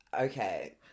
Okay